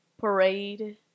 parade